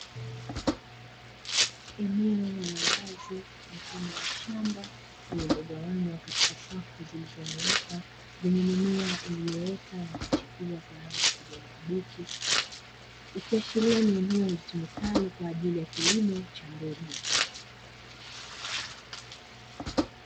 Eneo la wazi mfano wa shamba lililogawanywa katika safu zilizonyooka zenye mimea iliyoota na kuchipua kwa rangi ya kijani kibichi, ikiashiria ni eneo litumikalo kwajili ya kilimo cha mbegu.